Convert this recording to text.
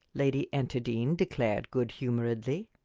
lady enterdean declared good-humoredly.